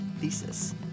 thesis